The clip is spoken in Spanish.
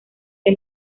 que